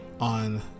on